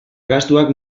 gastuak